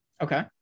Okay